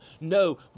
No